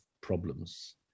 problems